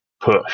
push